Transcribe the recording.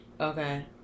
okay